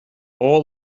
all